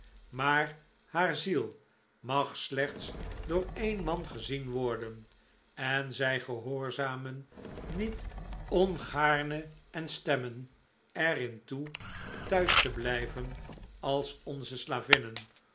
maar haar ziel mag slechts door een man gezien worden en zij gehoorzamen niet ongaarne en stemmen er in toe thuis te blijven als onze